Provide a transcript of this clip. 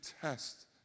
test